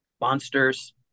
monsters